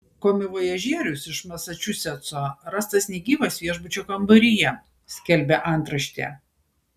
komivojažierius iš masačusetso rastas negyvas viešbučio kambaryje skelbė antraštė